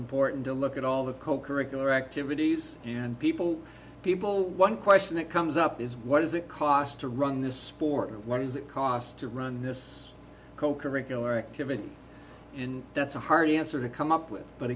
important to look at all the co curricular activities and people people one question that comes up is what does it cost to run this sport and what does it cost to run this co curricular activities in that's a hearty answer to come up with but